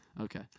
Okay